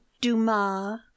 dumas